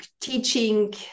teaching